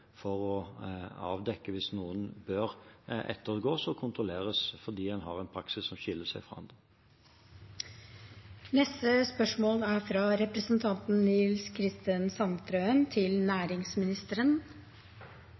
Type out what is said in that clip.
avdekke om noen bør ettergås og kontrolleres fordi man har en praksis som skiller seg fra andres. «Hva er statsrådens mening om lekkasjer fra